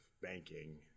banking